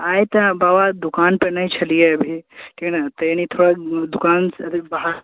आइ तऽ बाबा दोकानपर नहि छलियै अभी ठीक ने अभी तऽ दोकानसँ बाहर